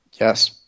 Yes